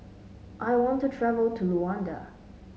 I want to travel to Luanda